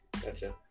Gotcha